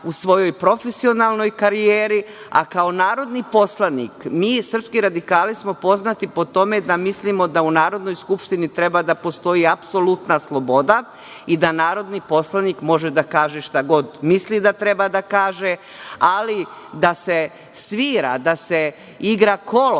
u svojoj profesionalnoj karijeri. Mi srpski radikali smo poznati po tome da mislimo da u Narodnoj skupštini treba da postoji apsolutna sloboda i da narodni poslanik može da kaže šta god misli da treba da kaže, ali da se svira, da se igra kolo,